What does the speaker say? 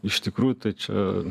iš tikrųjų tai čia